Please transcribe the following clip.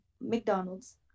McDonald's